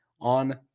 on